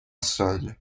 seul